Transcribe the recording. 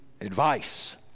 advice